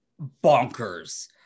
bonkers